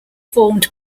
formed